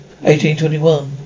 1821